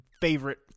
favorite